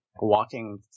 walking